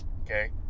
Okay